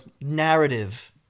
narrative